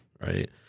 right